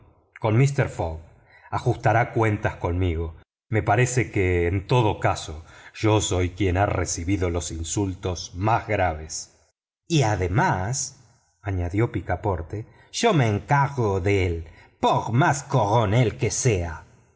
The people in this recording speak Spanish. con mister fogg ajustará cuentas conmigo me parece que en todo caso yo soy quien ha recibido los insultos más graves y además añadió picaporte yo me encargo de él por más coronel que sea